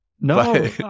no